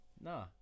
No